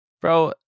Bro